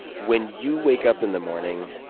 when you wake up in the morning